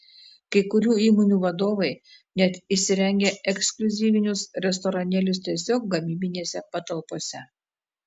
kai kurių įmonių vadovai net įsirengia ekskliuzyvinius restoranėlius tiesiog gamybinėse patalpose